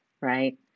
right